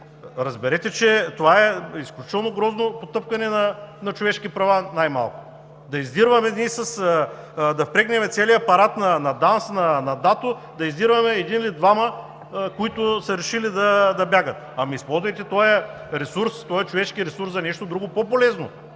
Разберете, че това е изключително грозно потъпкване на човешки права най-малко – да впрегнем целия апарат на ДАНС, на ДАТО, за да издирваме един или двама, които са решили да бягат! Използвайте този човешки ресурс за нещо по-полезно